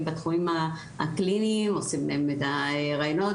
בתחומים הקליניים עושים להם ראיונות,